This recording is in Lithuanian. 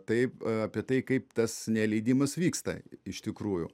taip apie tai kaip tas neleidimas vyksta iš tikrųjų